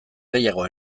gehiago